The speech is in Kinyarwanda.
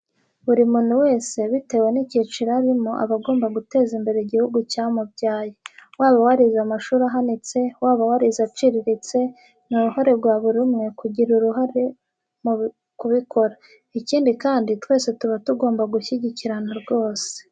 Buri muntu wese bitewe ni ikiciro arimo aba agomba guteza imbere igihugu cyamubyaye. Waba warize amashuri ahanitse, waba warize aciriritse, ni uruhare rwa buri umwe mu kugira uruhare mu kubikora. Ikindi kandi, twese tuba tugomba gushyigikirana rwose.